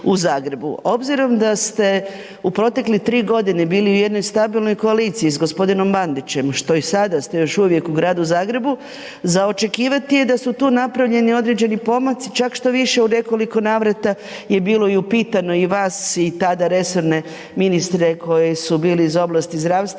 Obzirom da ste u protekle 3 godine bili u jednoj stabilnoj koaliciji s gospodinom Bandićem što i sada ste još uvijek u Gradu Zagrebu, za očekivati je da su tu napravljeni određeni pomaci čak štoviše u nekoliko navrata je bilo i upitano i vas i tada resorne ministre koji su bili iz oblasti zdravstva